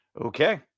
Okay